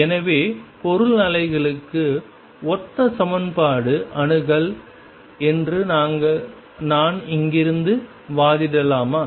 எனவே பொருள் அலைகளுக்கு ஒத்த சமன்பாடு அணுகல் என்று நான் இங்கிருந்து வாதிடலாமா